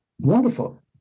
wonderful